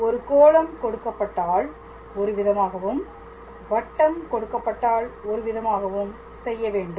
ஒரு கோளம் கொடுக்கப்பட்டால் ஒருவிதமாகவும் வட்டம் கொடுக்கப்பட்டால் ஒருவிதமாகவும் செய்ய வேண்டும்